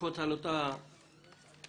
מלקפוץ על אותה פלטפורמה,